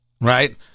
Right